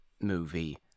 movie